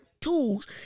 tools